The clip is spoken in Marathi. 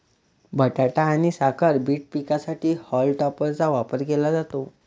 बटाटा आणि साखर बीट पिकांसाठी हॉल टॉपरचा वापर केला जातो